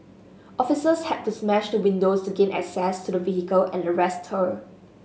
officers had to smash the windows to gain access to the vehicle and arrest her